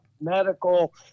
medical